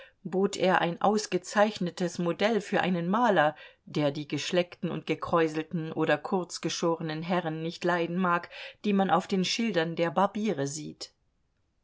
bot er ein ausgezeichnetes modell für einen maler der die geschleckten und gekräuselten oder kurzgeschorenen herren nicht leiden mag die man auf den schildern der barbiere sieht